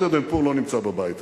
Standard & Poor's לא נמצא בבית הזה,